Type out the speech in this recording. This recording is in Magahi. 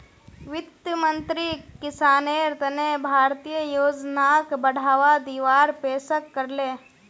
वित्त मंत्रीक किसानेर तने भारतीय योजनाक बढ़ावा दीवार पेशकस करले